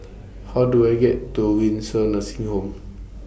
How Do I get to Windsor Nursing Home